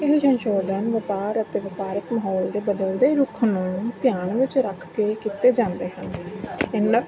ਇਹ ਸੰਸ਼ੋਧਨ ਵਪਾਰ ਅਤੇ ਵਪਾਰਕ ਮਾਹੌਲ ਦੇ ਬਦਲਦੇ ਰੁਖ ਨੂੰ ਧਿਆਨ ਵਿੱਚ ਰੱਖ ਕੇ ਕੀਤੇ ਜਾਂਦੇ ਹਨ ਇਹਨਾਂ